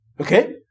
Okay